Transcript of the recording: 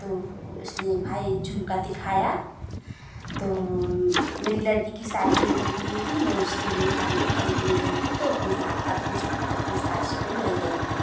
तो उसने भाई झुमका दिखाया तो मेरी लड़की की शादी पड़ी हुई थी मैं उसके लिए कान का खरीदने गई थी तो अपने साथ अपने साथ अपने सांस को ले गई थी